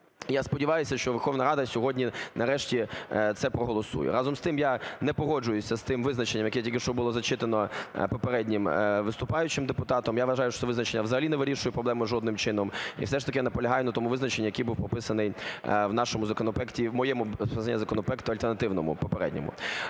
Я сподіваюся, що Верховна Рада сьогодні нарешті це проголосує. Разом з тим, я не погоджуюсь з тим визначенням, яке тільки що було зачитано попереднім виступаючим депутатом. Я вважаю, що це визначення взагалі не вирішує проблему жодним чином. І все ж таки наполягаю на тому визначенні, яке було прописане в нашому законопроекті, в моєму законопроекті, альтернативному, попередньому.